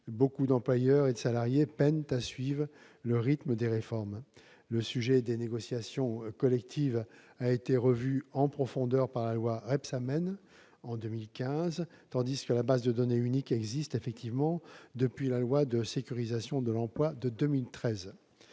Nombre d'employeurs et de salariés peinent d'ailleurs à suivre le rythme des réformes. Le sujet des négociations collectives a été revu en profondeur par la loi Rebsamen de 2015, tandis que la base de données unique existe effectivement depuis la loi du 14 juin 2013